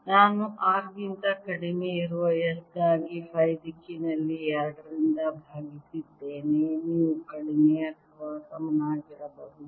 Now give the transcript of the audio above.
ನಾನು R ಗಿಂತ ಕಡಿಮೆ ಇರುವ s ಗಾಗಿ ಫೈ ದಿಕ್ಕಿನಲ್ಲಿ 2 ರಿಂದ ಭಾಗಿಸಿದ್ದೇನೆ ನೀವು ಕಡಿಮೆ ಅಥವಾ ಸಮನಾಗಿರಬಹುದು